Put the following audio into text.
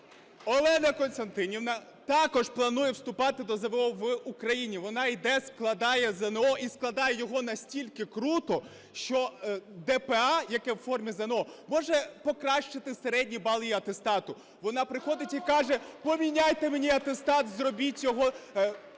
Олена Костянтинівна також планує вступати ВЗО в Україні. Вона йде складає і складає його настільки круто, що ДПА, яке у формі ЗНО, може покращити середній бал її атестату. Вона приходить і каже, поміняйте мені атестат, зробіть його